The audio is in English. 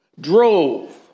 drove